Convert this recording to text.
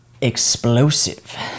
explosive